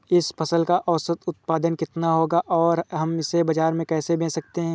इस फसल का औसत उत्पादन कितना होगा और हम इसे बाजार में कैसे बेच सकते हैं?